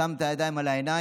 שם את הידיים על העיניים,